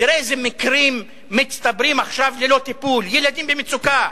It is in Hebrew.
תראה איזה מקרים מצטברים עכשיו ללא טיפול: ילדים במצוקה,